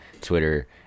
Twitter